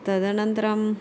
तदनन्तरम्